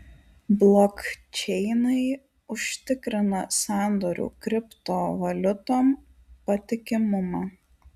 blokčeinai užtikrina sandorių kriptovaliutom patikimumą